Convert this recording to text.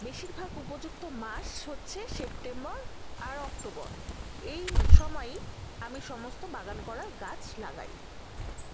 বেশিরভাগ উপযুক্ত মাস হচ্ছে সেপ্টেম্বর আর অক্টোবর এই সময়ই আমি সমস্ত বাগান করার গাছ লাগাই